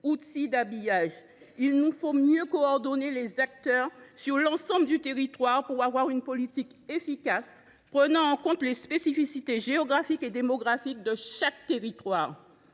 d’habillage. Il nous faut mieux coordonner les acteurs sur l’ensemble du territoire pour avoir une politique efficace, prenant en compte les spécificités géographiques et démographiques de chaque territoire.